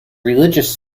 religious